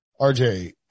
RJ